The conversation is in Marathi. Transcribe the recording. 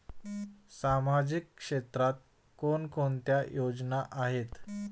सामाजिक क्षेत्रात कोणकोणत्या योजना आहेत?